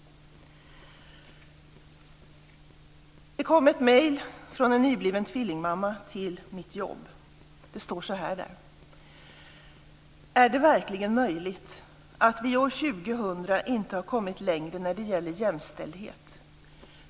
Det kom ett mejl från en nybliven tvillingmamma till mitt jobb. Det står så här: Är det verkligen möjligt att vi år 2000 inte har kommit längre när det gäller jämställdhet?